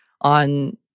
on